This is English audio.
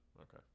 Okay